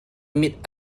mit